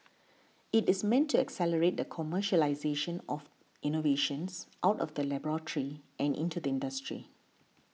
it is meant to accelerate the commercialisation of innovations out of the laboratory and into the industry